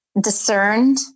discerned